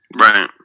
Right